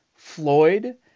Floyd